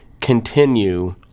continue